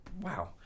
wow